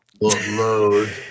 load